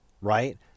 right